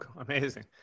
amazing